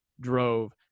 drove